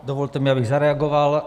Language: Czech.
Dovolte mi, abych zareagoval.